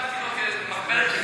אני השתמשתי בו כמחברת,